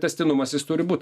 tęstinumas jis turi būt